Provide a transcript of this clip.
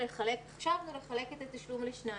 חשבנו לחלק את התשלום לשניים,